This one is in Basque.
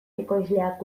ekoizleak